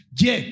je